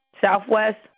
Southwest